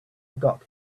got